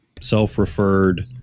self-referred